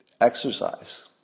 Exercise